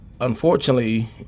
Unfortunately